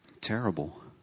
terrible